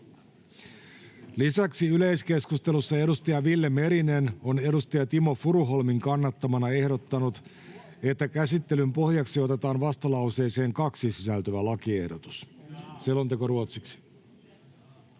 Lisäksi yleiskeskustelussa edustaja Ville Merinen on edustaja Timo Furuholmin kannattamana ehdottanut, että käsittelyn pohjaksi otetaan vastalauseeseen 2 sisältyvä lakiehdotus. — Selonteko ruotsiksi.